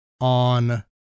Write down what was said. on